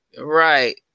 Right